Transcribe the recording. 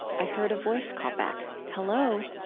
i heard a voice call back, hello.